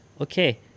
Okay